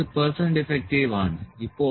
ഇത് percent defective ആണ്